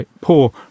poor